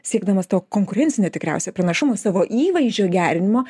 siekdamas to konkurencinio tikriausiai pranašumo savo įvaizdžio gerinimo